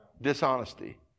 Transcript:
Dishonesty